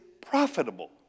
Profitable